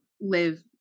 live